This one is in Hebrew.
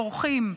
בורחים.